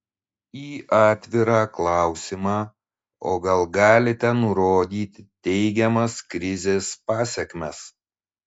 į atvirą klausimą o gal galite nurodyti teigiamas krizės pasekmes